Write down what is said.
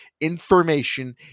information